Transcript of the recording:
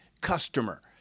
customer